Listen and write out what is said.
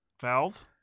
Valve